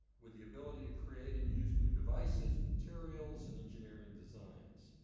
with the ability to create and use new devices, materials, and engineering designs.